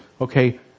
Okay